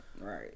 Right